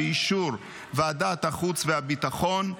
באישור ועדת החוץ והביטחון,